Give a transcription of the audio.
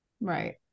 Right